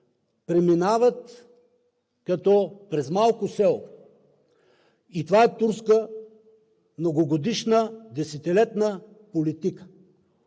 преминават като през малко село. И това е турска многогодишна, десетилетна политика.